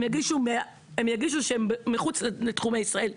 הם יגישו כשהם מחוץ לתחומי ישראל,